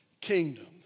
kingdom